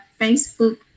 Facebook